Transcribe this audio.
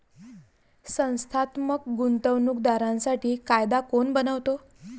संस्थात्मक गुंतवणूक दारांसाठी कायदा कोण बनवतो?